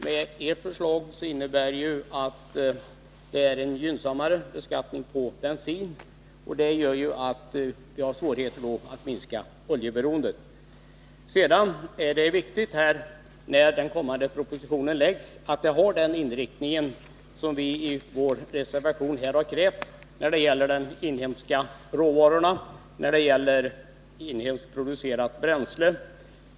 Men ert förslag innebär att beskattningen är gynnsammare på bensinen, och det gör att vi får svårigheter att minska oljeberoendet. Det är viktigt att propositionen, när den läggs fram, har den inriktning som vi i vår reservation har krävt när det gäller de inhemska råvarorna och inhemskt producerat bränsle.